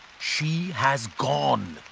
she has gone.